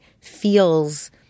feels